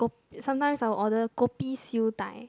ko~ sometimes I will order kopi siew-dai